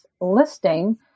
listing